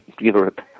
Europe